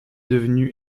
devenu